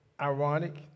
ironic